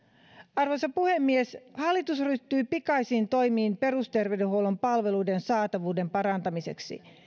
arvoisa puhemies hallitus ryhtyy pikaisiin toimiin perusterveydenhuollon palveluiden saatavuuden parantamiseksi